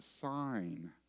sign